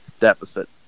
deficit